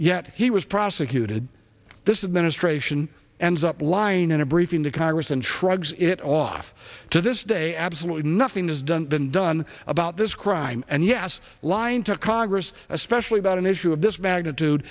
yet he was prosecuted this is ministration and up lying in a briefing to congress and trogs it off to this day absolutely nothing has done been done about this crime and yes lying to congress especially about an issue of this magnitude